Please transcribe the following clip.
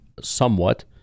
somewhat